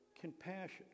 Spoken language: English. compassion